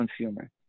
consumer